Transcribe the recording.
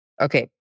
Okay